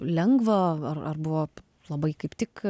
lengva ar ar buvo labai kaip tik